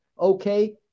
okay